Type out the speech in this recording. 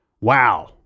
Wow